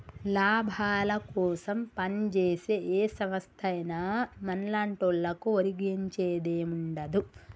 లాభాలకోసం పంజేసే ఏ సంస్థైనా మన్లాంటోళ్లకు ఒరిగించేదేముండదు